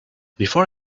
before